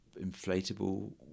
inflatable